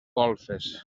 golfes